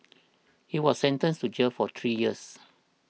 he was sentenced to jail for three years